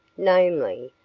namely,